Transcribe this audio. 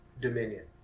dominion